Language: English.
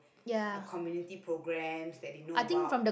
a community programmes that they know about